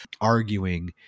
arguing